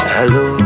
Hello